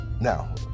Now